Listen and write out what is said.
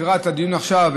לקראת הדיון עכשיו,